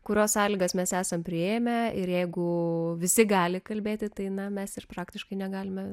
kurios sąlygas mes esam priėmę ir jeigu visi gali kalbėti tai na mes ir praktiškai negalime